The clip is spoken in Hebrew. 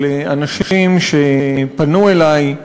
של אנשים שפנו אלי.